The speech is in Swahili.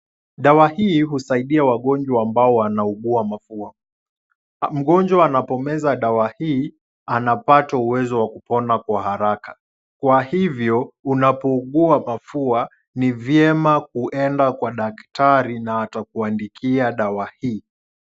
Dawa hii husaidia wagonjwa ambao wanaugua mapua. Mgonjwa anapomeza dawa hii anapata uwezo wa kupona kwa haraka. Kwa hivyo, unapougua mapua ni vyema kuenda kwa daktari na atakuandikia dawa hii.